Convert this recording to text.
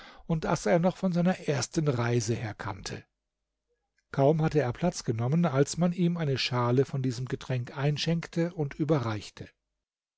und das er noch von seiner ersten reise her kannte kaum hatte er platz genommen als man ihm eine schale von diesem getränk einschenkte und überreichte